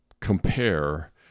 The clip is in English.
compare